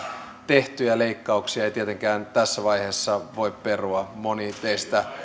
tehtyjä leikkauksia ei tietenkään tässä vaiheessa voi perua moni teistä